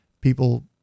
people